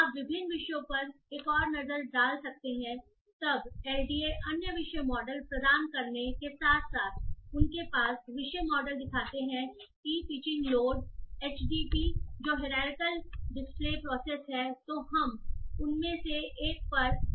आप विभिन्न विषयों पर एक और नज़र डाल सकते हैं फिर एलडीए के अलावा अन्य विषय मॉडल प्रदान किए जाते हैं और साथ ही वे विषय मॉडल ई पिचिंग लोड एचडीपी दिखाते हैं जो कि हाईरैरीकॉल डिस्प्ले प्रोसेस है और उनके पास सीक्वेंशियल एलडीए के लिए एक मॉडल भी है